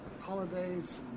Holidays